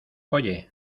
oye